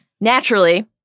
Naturally